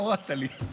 והורדת לי.